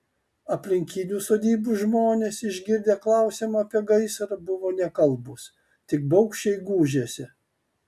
aplinkinių sodybų žmonės išgirdę klausimą apie gaisrą buvo nekalbūs tik baugščiai gūžėsi